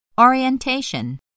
Orientation